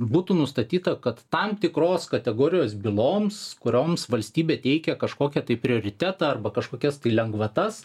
būtų nustatyta kad tam tikros kategorijos byloms kurioms valstybė teikia kažkokią tai prioritetą arba kažkokias lengvatas